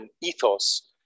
ethos